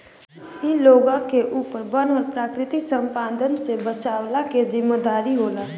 इ लोग के ऊपर वन और प्राकृतिक संपदा से बचवला के जिम्मेदारी होला